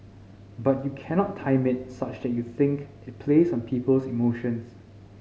but you cannot time it such that you think it plays on people's emotions